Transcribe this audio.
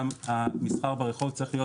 גם המסחר ברחוב צריך להיות